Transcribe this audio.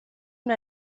una